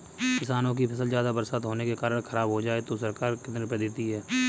किसानों की फसल ज्यादा बरसात होने के कारण खराब हो जाए तो सरकार कितने रुपये देती है?